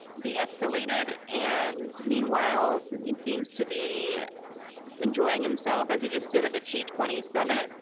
being escalated, and meanwhile putin seems to be enjoying himself, as he just did at the g twenty summit